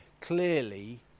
clearly